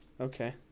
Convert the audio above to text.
Okay